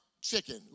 chicken